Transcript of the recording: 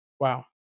wow